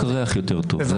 רק הריח יותר טוב.